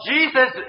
Jesus